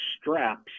straps